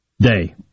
day